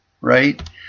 right